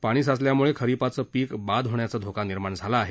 पाणी साचल्यामुळे खरिपाचं पीक बाद होण्याचा धोका निर्माण झाला आहे